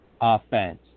offense